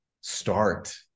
start